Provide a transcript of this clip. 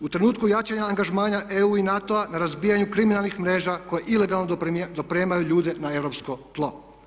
U trenutku jačanja angažmana EU i NATO-a na razbijanju kriminalnih mreža koje ilegalno dopremaju ljude na europsko tlo.